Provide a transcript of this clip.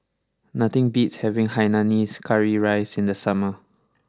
nothing beats having Hainanese Curry Rice in the summer